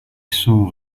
sont